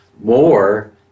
more